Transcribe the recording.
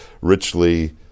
richly